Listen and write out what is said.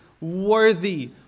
worthy